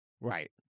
Right